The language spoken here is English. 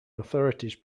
authorities